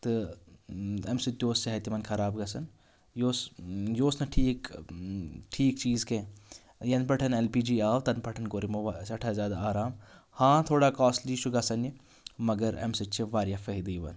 تہٕ اَمہِ سۭتۍ تہِ اوس صحت یِمَن خراب گژھان یہِ اوس یہِ اوس نہٕ ٹھیٖک ٹھیٖک چیٖز کیٚنٛہہ یَن پٮ۪ٹھ اٮ۪ل پی جی آو تَنہٕ پٮ۪ٹھ کوٚر یِمو سٮ۪ٹھاہ زیادٕ آرام ہاں تھوڑا کاسلی چھُ گژھان یہِ مگر اَمہِ سۭتۍ چھِ واریاہ فٲہدٕ یِوان